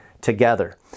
together